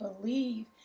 believe